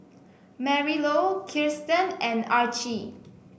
Marilou Kiersten and Archie